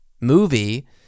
movie